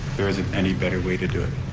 there isn't any better way to do it?